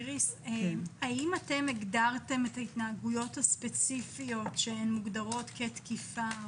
האם אתם הגדרתם את ההתנהגויות הספציפיות שמוגדרות כתקיפה,